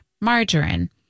margarine